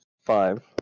Five